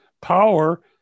power